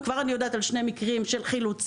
וכבר אני יודעת על שני מקרים של חילוצים.